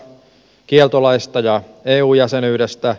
kieltolaista ja eu jäsenyydestä